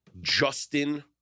Justin